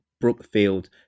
Brookfield